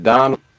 Donald